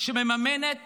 שמממנת